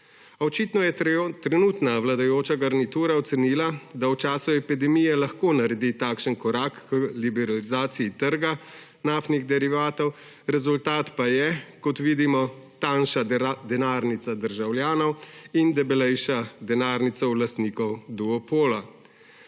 očitno je trenutna vladajoča garnitura ocenila, da v času epidemije lahko naredi takšen korak k liberalizaciji trga naftnih derivatov, rezultat pa je kot vidimo tanjša denarnica državljanov in debelejša denarnica lastnikov duopola.